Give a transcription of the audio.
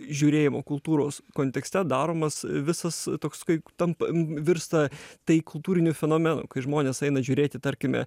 žiūrėjimo kultūros kontekste daromas visas toks kai tampa virsta tai kultūriniu fenomenu kai žmonės eina žiūrėti tarkime